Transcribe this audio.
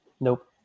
Nope